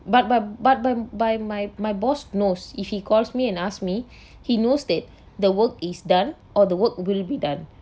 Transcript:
but but but but by my my boss knows if he calls me and ask me he knows that the work is done or the work will be done